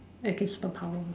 again superpower